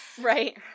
right